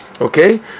Okay